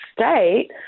state